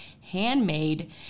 handmade